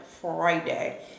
Friday